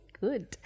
Good